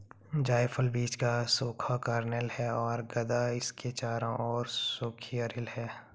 जायफल बीज का सूखा कर्नेल है और गदा इसके चारों ओर सूखी अरिल है